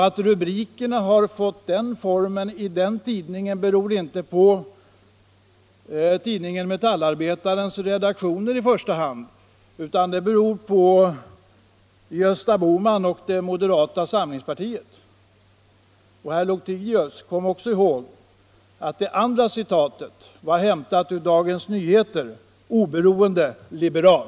Att rubrikerna fick den form de har i denna tidning beror inte på Metallarbetarens redaktion i första hand, utan det beror på Gösta Bohman och det moderata samlingspartiet. Herr Lothigius! Kom också ihåg att det andra citatet var hämtat ur Dagens Nyheter, oberocende liberal!